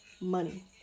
Money